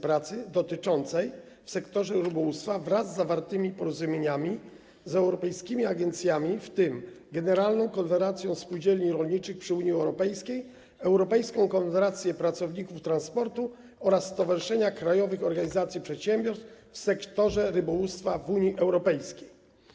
Pracy dotyczącą pracy w sektorze rybołówstwa zawartą z europejskimi agencjami, w tym Generalną Konfederacją Spółdzielni Rolniczych przy Unii Europejskiej, Europejską Federacją Pracowników Transportu oraz Stowarzyszeniem Krajowych Organizacji Przedsiębiorstw w Sektorze Rybołówstwa w Unii Europejskiej.